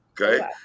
okay